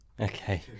Okay